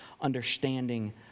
understanding